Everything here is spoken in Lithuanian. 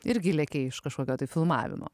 irgi lėkei iš kažkokio tai filmavimo